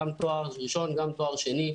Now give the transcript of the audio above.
תואר ראשון ושני.